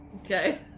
Okay